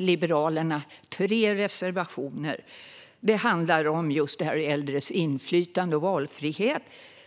Liberalerna har tre reservationer. Det handlar om just äldres inflytande och valfrihet.